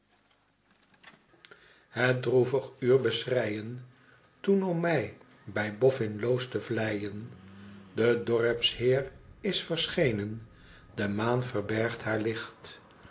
het droevig uur beschreien toen om mij bij boffin loos te vleien de dorpsheer is verschenen de maan verbergt haar licht